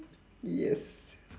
yes